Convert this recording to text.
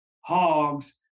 hogs